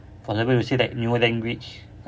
for example we say like newer language